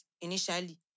initially